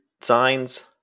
signs